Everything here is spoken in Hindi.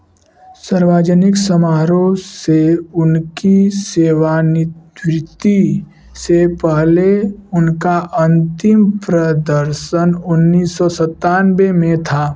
सर्वाजनिक समारोह से उनकी सेवानिवृत्ति से पहले उनका अंतिम प्रदर्शन उन्नीस सौ सन्तानवे में था